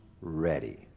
ready